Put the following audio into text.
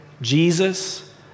Jesus